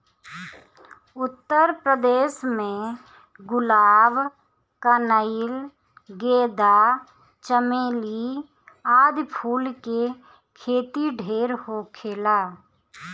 उत्तर प्रदेश में गुलाब, कनइल, गेंदा, चमेली आदि फूल के खेती ढेर होखेला